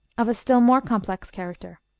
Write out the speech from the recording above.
of a still more complex character.